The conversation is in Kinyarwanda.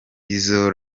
izo